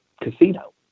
casino